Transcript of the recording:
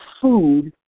food